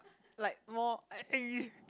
like more